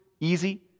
Easy